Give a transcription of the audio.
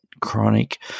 chronic